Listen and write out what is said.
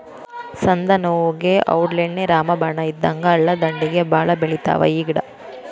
ಸಂದನೋವುಗೆ ಔಡ್ಲೇಣ್ಣಿ ರಾಮಬಾಣ ಇದ್ದಂಗ ಹಳ್ಳದಂಡ್ಡಿಗೆ ಬಾಳ ಬೆಳಿತಾವ ಈ ಗಿಡಾ